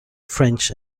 french